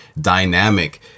dynamic